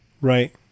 Right